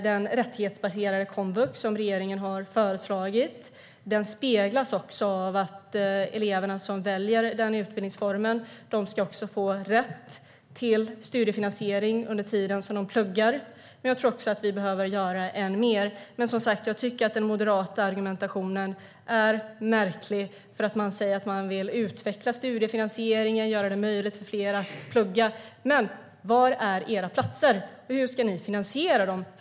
Den rättighetsbaserade komvux som regeringen har föreslagit speglas också av att eleverna som väljer den utbildningsformen ska få rätt till studiefinansiering under tiden som de pluggar. Men jag tror att vi behöver göra än mer. Jag tycker, som sagt, att den moderata argumentationen är märklig. Man säger att man vill utveckla studiefinansieringen och göra det möjligt för fler att plugga. Men var är era platser, och hur ska ni finansiera dem?